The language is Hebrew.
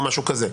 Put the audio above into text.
או משהו כזה.